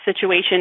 situation